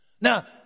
Now